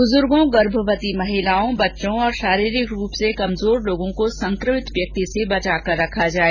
ब्रजुगोँ गर्भवती महिलाओं बच्चों और शारीरिक रूप से कमजोर लोगों को संक्रमित व्यक्ति से बचाकर रखें